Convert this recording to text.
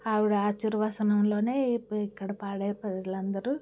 ఆవిడ ఆశీర్వచనములోనే ఇ ఇక్కడ పాడేరు ప్రజలందరూ